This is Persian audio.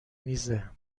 میزه